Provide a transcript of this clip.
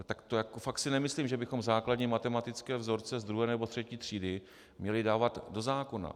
Tak fakt si nemyslím, že bychom základní matematické vzorce z druhé nebo třetí třídy měli dávat do zákona.